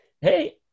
Hey